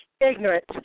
ignorant